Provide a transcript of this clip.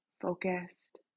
focused